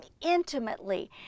intimately